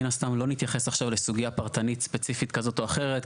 מן הסתם לא נתייחס עכשיו לסוגיה פרטנית ספציפית כזאת או אחרת,